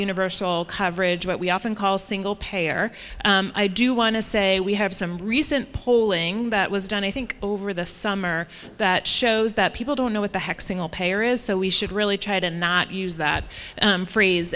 universal coverage what we often call single payer i do want to say we have some recent polling that was done i think over the summer that shows that people don't know what the heck single payer is so we should really try to not use that phrase